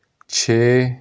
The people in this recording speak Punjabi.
ਛੇ